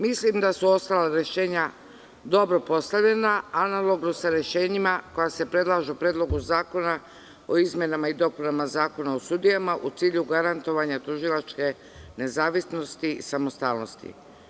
Mislim da su ostala rešenja dobro postavljena, analogno sa rešenjima koja se predlažu u Predlogu zakona o izmenama i dopunama Zakona o sudijama, u cilju garantovanja tužilačke nezavisnosti i samostalnosti.